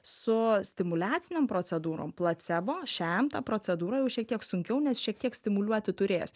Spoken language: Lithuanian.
su stimuliacinėm procedūrom placebo šiam tą procedūrą jau šiek tiek sunkiau nes šiek tiek stimuliuoti turės